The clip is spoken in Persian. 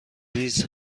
ریز